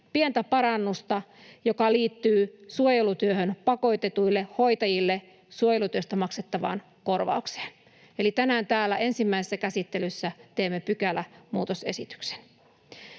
pientä parannusta, joka liittyy suojelutyöhön pakotetuille hoitajille suojelutyöstä maksettavaan korvaukseen, eli tänään täällä ensimmäisessä käsittelyssä teemme pykälämuutosesityksen.